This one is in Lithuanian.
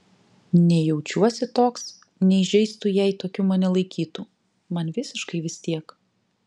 nei jaučiuosi toks nei žeistų jei tokiu mane laikytų man visiškai vis tiek